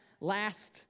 last